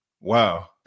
Wow